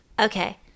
Okay